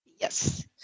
Yes